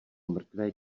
mrtvé